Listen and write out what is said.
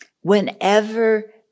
whenever